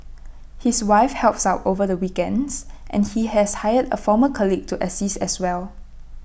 his wife helps out over the weekends and he has hired A former colleague to assist as well